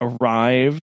arrived